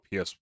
ps